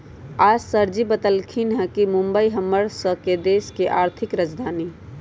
आज सरजी बतलथिन ह कि मुंबई हम्मर स के देश के आर्थिक राजधानी हई